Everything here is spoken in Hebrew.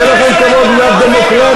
יהיה לכם כבוד לדמוקרטיה,